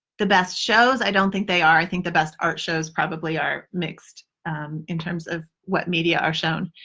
the best shows. i don't think they are. i think the best art shows probably are mixed in terms of what media are shown.